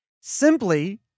Simply